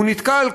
הוא נתקל,